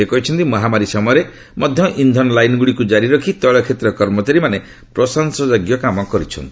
ସେ କହିଛନ୍ତି ମହାମାରୀ ସମୟରେ ମଧ୍ୟ ଇନ୍ଧନ ଲାଇନ୍ ଗୁଡ଼ିକୁ ଜାରି ରଖି ତେଳ କ୍ଷେତ୍ରର କର୍ମଚାରୀମାନେ ପ୍ରଶଂସା ଯୋଗ୍ୟ କାମ କରିଛନ୍ତି